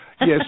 Yes